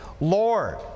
Lord